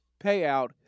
payout